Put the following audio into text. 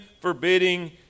forbidding